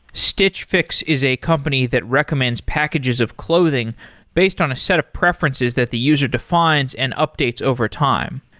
stitch fix is a company that recommends packages of clothing based on a set of preferences that the user defines and updates over time.